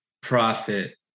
profit